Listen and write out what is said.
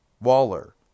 Waller